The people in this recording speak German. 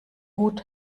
hut